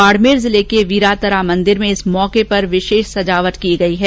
बाड़मेर जिले के वीरातरा मंदिर में इस मौके पर विशेष सजावट की गई है